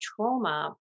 trauma